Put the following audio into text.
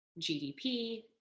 GDP